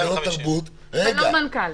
כי זה לא תרבות -- ולא מנכ"ל.